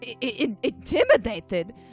intimidated